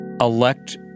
elect